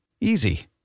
easy